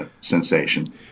sensation